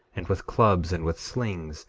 and with clubs, and with slings,